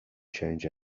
change